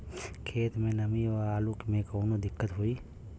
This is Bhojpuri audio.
खेत मे नमी स आलू मे कऊनो दिक्कत होई?